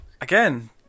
again